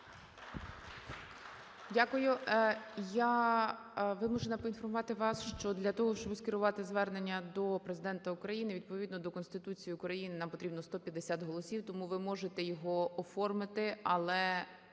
Дякую. Я вимушена поінформувати вас, що для того, щоб скерувати звернення до Президента України, відповідно до Конституції України нам потрібно 150 голосів. Тому ви можете його оформити, але